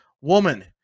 woman